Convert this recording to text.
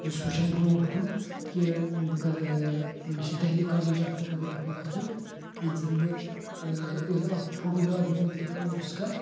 بہٕ چھُس وُچھان برٛونٛٹھ کُن کہِ بہٕ کَرٕ ٲں مےٚ چھُ دہلی کالج آف فوٹوگرٛافی گَژھُن ییٚتہ زن بہٕ ٲں اتھ فوٹوگرٛافی متعلق کورٕس کَرٕ